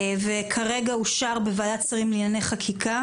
וכרגע אושר בוועדת שרים לענייני חקיקה